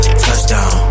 touchdown